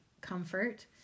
comfort